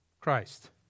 Christ